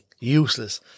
Useless